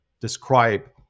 describe